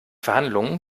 verhandlungen